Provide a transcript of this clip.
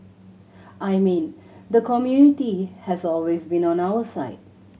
I mean the community has always been on our side